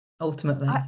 ultimately